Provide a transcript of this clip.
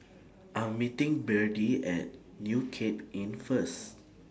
I Am meeting Byrdie At New Cape Inn First